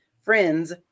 friends